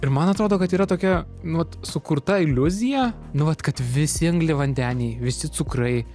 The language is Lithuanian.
ir man atrodo kad yra tokia nu vat sukurta iliuzija nu vat kad visi angliavandeniai visi cukrai